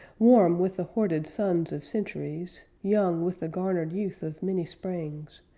warm with the hoarded suns of centuries, young with the garnered youth of many springs,